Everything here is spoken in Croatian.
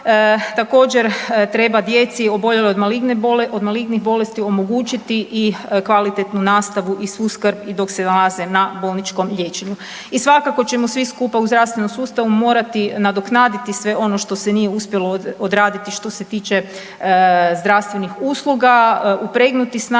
Također treba djeci oboljeloj od malignih bolesti omogućiti i kvalitetnu nastavu i svu skrb i dok se nalaze na bolničkom liječenju. I svakako ćemo svi skupa u zdravstvenom sustavu morati nadoknaditi sve ono što se nije uspjelo odraditi što se tiče zdravstvenih usluga, upregnuti snage